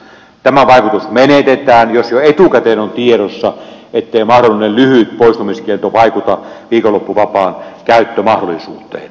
tämä vaikutus menetetään jos jo etukäteen on tiedossa ettei mahdollinen lyhyt poistumiskielto vaikuta viikonloppuvapaan käyttömahdollisuuteen